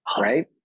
Right